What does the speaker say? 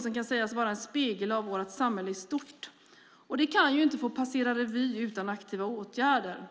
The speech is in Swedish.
Det kan sägas vara en spegel av vårt samhälle i stort och kan inte få passera revy utan aktiva åtgärder.